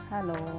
Hello